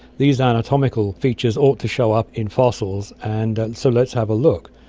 these anatomical features ought to show up in fossils, and so let's have a look.